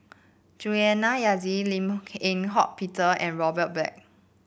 Juliana Yasin Lim Eng Hock Peter and Robert Black